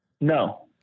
No